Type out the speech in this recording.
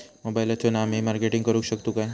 मोबाईलातसून आमी मार्केटिंग करूक शकतू काय?